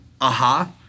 aha